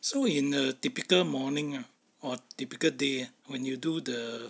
so in a typical morning ah or typical day ah when you do the